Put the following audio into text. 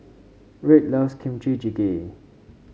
Red loves Kimchi Jjigae